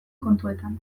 kontuetan